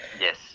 Yes